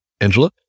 Angela